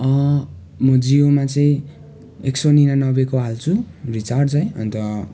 म जियोमा चाहिँ एक सौ निनानब्बेको हाल्छु रिचार्ज है अन्त